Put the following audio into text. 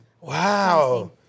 Wow